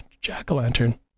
jack-o'-lantern